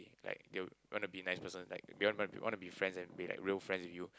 like they want to be nice person like they want want to be friends and be like real friends to you